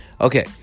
Okay